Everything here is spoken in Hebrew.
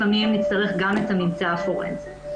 לפעמים נצטרך גם את הממצא הפורנזי.